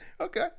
Okay